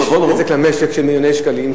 ויש נזק למשק של מיליוני שקלים.